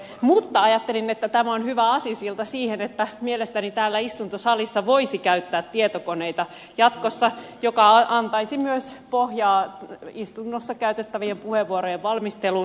mutta ajattelin että tämä on hyvä aasinsilta siihen että mielestäni täällä istuntosalissa voisi käyttää tietokoneita jatkossa mikä antaisi myös pohjaa istunnossa käytettävien puheenvuorojen valmisteluun